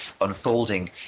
unfolding